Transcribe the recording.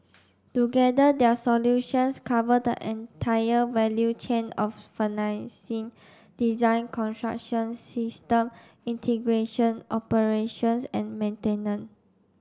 together their solutions cover the entire value chain of financing design construction system integration operations and maintenance